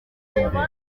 imbere